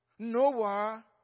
Noah